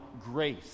grace